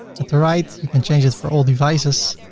at the right, you can change it for all devices.